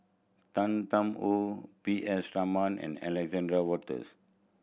Tan Tarn How P S Raman and Alexander Wolters